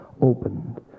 opened